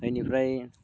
इनिफ्राय